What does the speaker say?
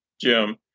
Jim